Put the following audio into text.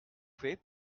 fait